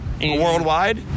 Worldwide